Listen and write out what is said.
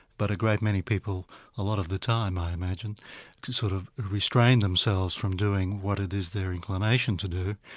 but a great many people a lot of the time i imagine can sort of restrain themselves from doing what it is their inclination to do,